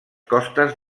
costes